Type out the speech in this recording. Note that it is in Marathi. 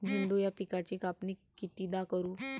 झेंडू या पिकाची कापनी कितीदा करू?